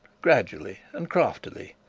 gradually, and craftily,